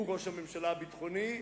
הוא ראש הממשלה הביטחוני,